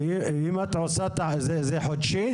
זה חודשי?